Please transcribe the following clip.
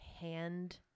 hand